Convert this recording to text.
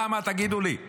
למה, תגידו לי,